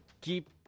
Keep